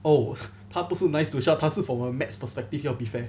oh 他不是 nice to shah 他是 from a maths perspective 要 be fair